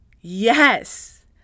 Yes